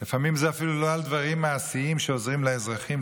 לפעמים זה אפילו לא על דברים מעשיים שעוזרים לאזרחים,